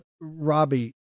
Robbie